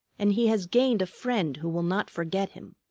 and he has gained a friend who will not forget him.